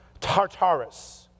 Tartarus